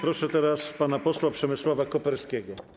Proszę teraz pana posła Przemysława Koperskiego.